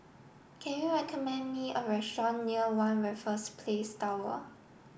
can you recommend me a restaurant near One Raffles Place Tower